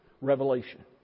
revelation